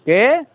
केह्